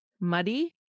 muddy